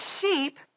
sheep